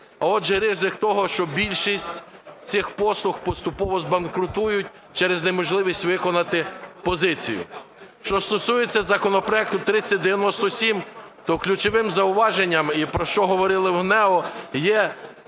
а, отже, ризик того, що більшість цих послуг поступово збанкрутують через неможливість виконати позицію. Що стосується законопроекту 3097, то ключовим зауваженням, і про що в говорили ГНЕУ, є